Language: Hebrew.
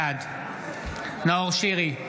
בעד נאור שירי,